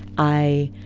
i